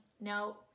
no